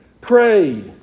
pray